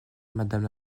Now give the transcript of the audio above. madame